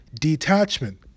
detachment